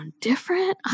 different